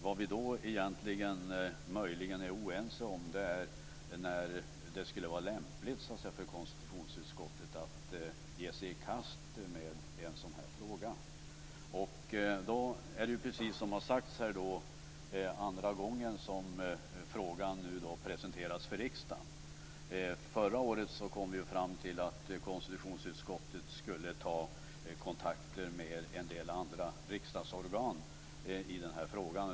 Vad vi egentligen möjligen är oense om är när det skulle vara lämpligt för konstitutionsutskottet att ge sig i kast med en sådan fråga. Det är, precis som har sagts här, andra gången som frågan presenteras för riksdagen. Förra året kom vi ju fram till att konstitutionsutskottet skulle ta kontakter med en del andra riksdagsorgan i denna fråga.